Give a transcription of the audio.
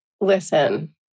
listen